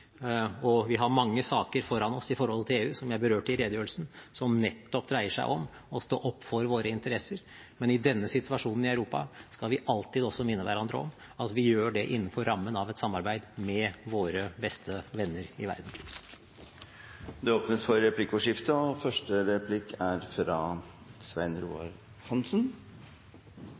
og vi har mange saker foran oss i forhold til EU, som jeg berørte i redegjørelsen, som nettopp dreier seg om å stå opp for våre interesser. Men i denne situasjonen i Europa skal vi alltid minne hverandre om at vi gjør det innenfor rammen av et samarbeid med våre beste venner i verden. Det blir replikkordskifte.